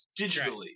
digitally